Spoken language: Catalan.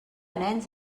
nens